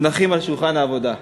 מונחים על שולחן העבודה,